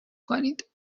کنید